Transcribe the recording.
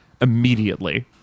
immediately